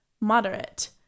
moderate